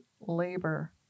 labor